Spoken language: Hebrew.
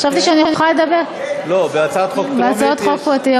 חשבתי שאני יכולה לדבר, לא, בהצעת חוק טרומית יש.